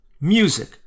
Music